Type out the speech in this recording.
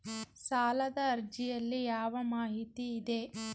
ಸಾಲದ ಅರ್ಜಿಯಲ್ಲಿ ಯಾವ ಮಾಹಿತಿ ಇದೆ?